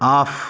off